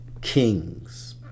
Kings